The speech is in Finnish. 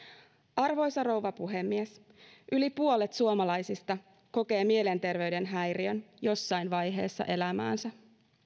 arvoisa rouva puhemies yli puolet suomalaisista kokee mielenterveyden häiriön jossain vaiheessa elämäänsä